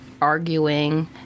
arguing